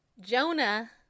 Jonah